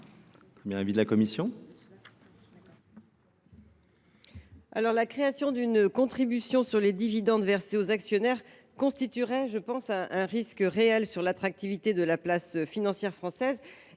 la création d’une contribution sur les dividendes versés aux actionnaires constituerait un risque réel pour l’attractivité de la place financière française